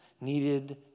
needed